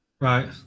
Right